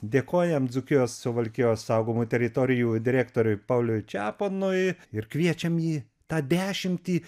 dėkojam dzūkijos suvalkijos saugomų teritorijų direktoriui pauliui čeponui ir kviečiam į tą dešimtį